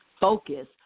focus